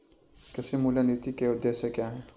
कृषि मूल्य नीति के उद्देश्य क्या है?